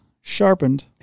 sharpened